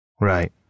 Right